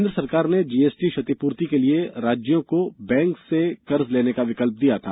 केंद्र सरकार ने जीएसटी क्षतिपूर्ति के लिए राज्यों को बैंकों से कर्ज लेने का विकल्प दिया था